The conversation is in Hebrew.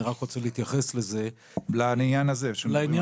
אני רק רוצה להתייחס לעניין הזה ספציפית.